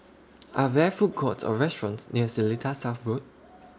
Are There Food Courts Or restaurants near Seletar South Road